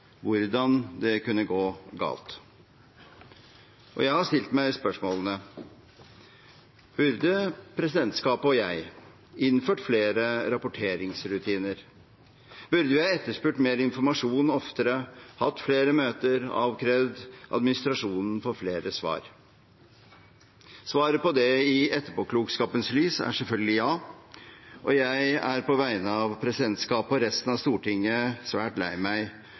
hvordan det kunne gå galt. Jeg har stilt meg spørsmålene: Burde presidentskapet og jeg innført flere rapporteringsrutiner? Burde vi ha etterspurt mer informasjon oftere, hatt flere møter, avkrevd administrasjonen for flere svar? Svaret på det, i etterpåklokskapens lys, er selvfølgelig ja, og jeg er, på vegne